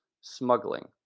smuggling